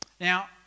Now